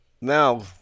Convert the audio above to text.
now